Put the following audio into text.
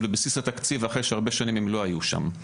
לבסיס התקציב אחרי שהרבה שנים הם לא היו שם.